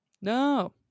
No